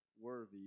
worthy